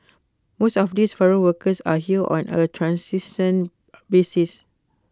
most of these foreign workers are here on A transient basis